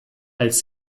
als